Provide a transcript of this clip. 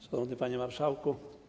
Szanowny Panie Marszałku!